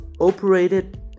operated